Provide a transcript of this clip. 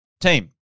team